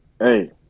Hey